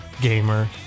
gamer